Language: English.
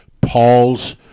Paul's